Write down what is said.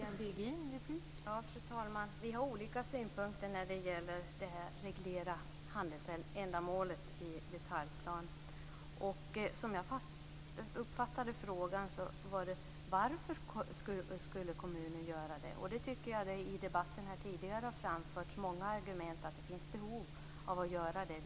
Fru talman! Vi har olika synpunkter när det gäller att reglera handelsändamålet i detaljplan. Som jag uppfattade frågan handlade den om varför kommunen skulle göra det. Jag tycker att det tidigare i debatten har framförts många argument för att det finns behov av att göra det.